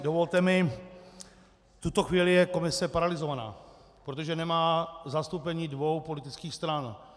Dovolte mi, v tuto chvíli je komise paralyzovaná, protože nemá zastoupení dvou politických stran.